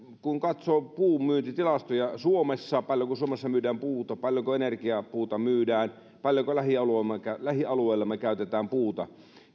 kun katsoo puunmyyntitilastoja suomessa paljonko suomessa myydään puuta paljonko energiapuuta myydään paljonko lähialueillamme lähialueillamme käytetään puuta